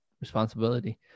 responsibility